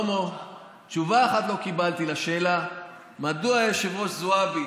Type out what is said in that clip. תשובה אחת לא קיבלתי על השאלה מדוע היושבת-ראש זועבי